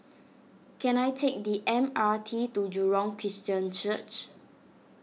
can I take the M R T to Jurong Christian Church